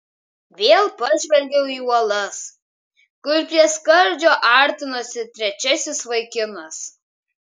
vėl pažvelgiau į uolas kur prie skardžio artinosi trečiasis vaikinas